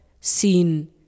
seen